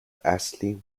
astley